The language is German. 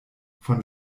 von